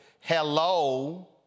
Hello